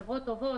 חברות טובות,